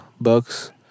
Bucks